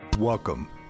Welcome